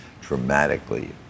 dramatically